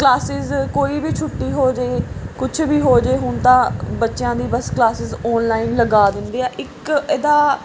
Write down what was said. classes ਕੋਈ ਵੀ ਛੁੱਟੀ ਹੋ ਜਾਵੇ ਕੁਛ ਵੀ ਹੋ ਜਾਵੇ ਹੁਣ ਤਾਂ ਬੱਚਿਆਂ ਦੀ ਬਸ ਕਲਾਸਿਸ ਔਨਲਾਈਨ ਲਗਾ ਦਿੰਦੇ ਆ ਇੱਕ ਇਹਦਾ